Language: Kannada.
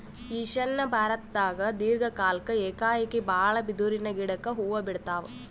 ಈಶಾನ್ಯ ಭಾರತ್ದಾಗ್ ದೀರ್ಘ ಕಾಲ್ಕ್ ಏಕಾಏಕಿ ಭಾಳ್ ಬಿದಿರಿನ್ ಗಿಡಕ್ ಹೂವಾ ಬಿಡ್ತಾವ್